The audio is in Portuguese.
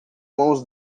mãos